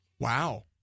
Wow